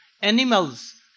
animals